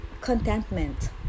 contentment